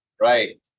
Right